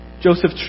Joseph